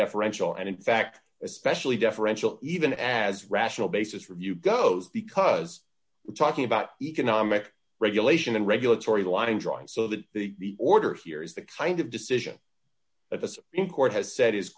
deferential and in fact especially deferential even as rational basis review goes because we're talking about economic regulation and regulatory line drawing so that the order here is the kind of decision that the supreme court has said is